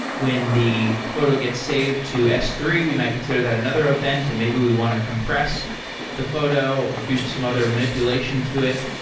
when the photo gets saved to s three, we might consider that another event and maybe we want to compress the photo or do some other manipulation to it.